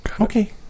okay